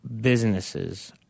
businesses